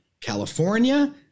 California